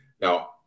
Now